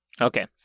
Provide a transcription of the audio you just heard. Okay